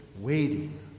waiting